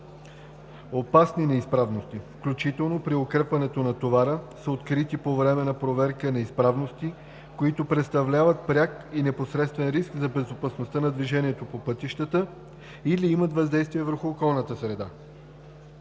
„Опасни неизправности“, включително при укрепването на товара са открити по време на проверка неизправности, които представляват пряк и непосредствен риск за безопасността на движението по пътищата или имат въздействие върху околната среда.“